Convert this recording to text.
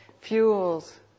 fuels